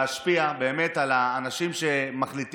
טוב, אני רואה, לא רוצים